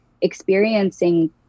experiencing